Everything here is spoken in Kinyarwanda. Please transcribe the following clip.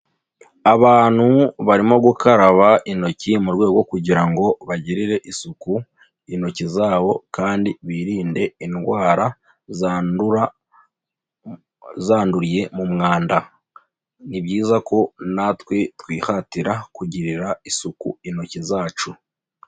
Abantu barimo gukaraba intoki mu rwego kugira ngo bagirire isuku intoki zabo kandi birinde indwara zandura zanduriye mu mwanda, ni byiza ko natwe twihatira kugirira isuku intoki zacu.